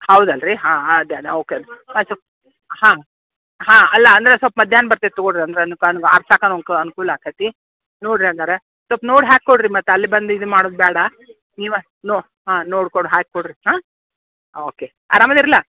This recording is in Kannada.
ಹೌದಲ್ಲ ರೀ ಹಾಂ ಹಾಂ ಅದ್ದೇನ ಓಕೆ ಆಯಿತು ಹಾಂ ಹಾಂ ಅಲ್ಲ ಅಂದರೆ ಸ್ವಲ್ಪ ಮಧ್ಯಾಹ್ನ ಬರ್ತೇವೆ ತಗೋರಿ ಅಂದ್ರೆ ಆರ್ಸಕ್ಕೆ ಅನ್ ಅನುಕೂಲ ಆಕತಿ ನೋಡಿರಿ ಹಂಗಾರೆ ಸೊಲ್ಪ್ ನೋಡಿ ಹಾಕಿಕೊಡ್ರಿ ಮತ್ತು ಅಲ್ಲಿ ಬಂದು ಇದು ಮಾಡುದು ಬೇಡ ನೀವು ಅಷ್ಟು ನೊ ಹಾಂ ನೋಡ್ಕೊಂಡು ಹಾಕ್ಕೊಡ್ರಿ ಹಾಂ ಓಕೆ ಆರಾಮದಿರಲ್ಲ